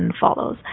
follows